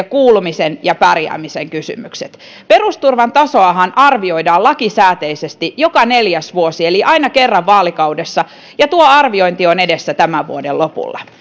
kuulumisen toimeentulon ja pärjäämisen kysymykset perusturvan tasoahan arvioidaan lakisääteisesti joka neljäs vuosi eli aina kerran vaalikaudessa ja tuo arviointi on edessä tämän vuoden lopulla